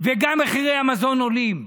וגם מחירי המזון עולים.